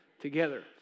together